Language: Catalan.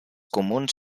comuns